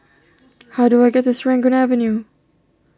how do I get to Serangoon Avenue